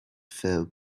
fell